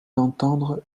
d’entendre